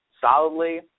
solidly